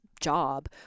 job